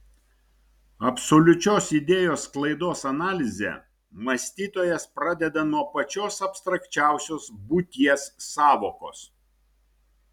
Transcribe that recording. absoliučios idėjos sklaidos analizę mąstytojas pradeda nuo pačios abstrakčiausios būties sąvokos